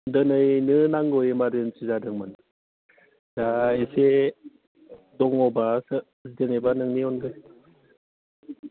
दिनैनो नांगौ इमारजिन्सि जादोंमोन दा एसे दङबा जेनेबा नोंनि अनगायै